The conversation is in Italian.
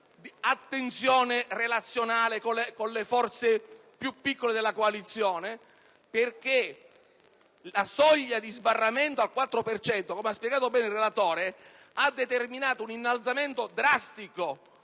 di attenzione relazionale con le forze più piccole della coalizione perché la soglia di sbarramento al 4 per cento, come ha spiegato bene il relatore, ha determinato un innalzamento drastico